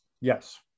Yes